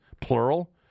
plural